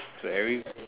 so every